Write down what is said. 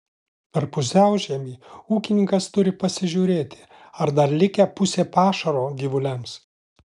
per pusiaužiemį ūkininkas turi pasižiūrėti ar dar likę pusė pašaro gyvuliams